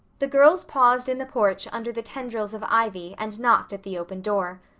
the girls paused in the porch under the tendrils of ivy and knocked at the open door.